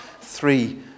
three